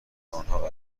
آنها